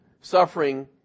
suffering